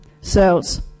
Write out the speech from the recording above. cells